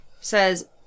says